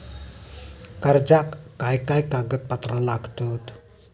कर्जाक काय काय कागदपत्रा लागतत?